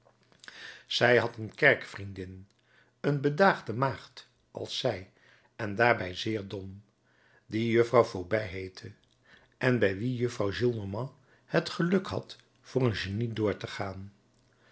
zij had een kerkvriendin een bedaagde maagd als zij en daarbij zeer dom die juffrouw vaubois heette en bij wie juffrouw gillenormand het geluk had voor een genie door te gaan